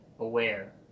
Aware